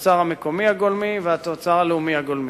התוצר המקומי הגולמי והתוצר הלאומי הגולמי.